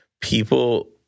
people